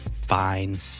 fine